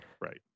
Right